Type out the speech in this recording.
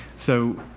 so